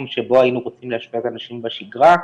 שבו היינו רוצים לאשפז אנשים בשגרה,